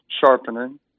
sharpening